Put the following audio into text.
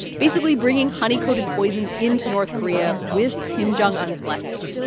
basically bringing honey-coated poison into north korea with kim jong un's blessing.